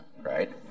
right